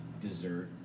dessert